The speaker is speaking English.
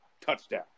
Touchdown